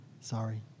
Sorry